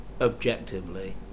objectively